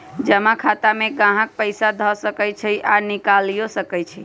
जमा खता में गाहक पइसा ध सकइ छइ आऽ निकालियो सकइ छै